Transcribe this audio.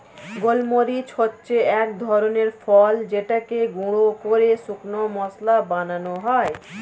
গোলমরিচ হচ্ছে এক ধরনের ফল যেটাকে গুঁড়ো করে শুকনো মসলা বানানো হয়